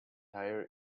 higher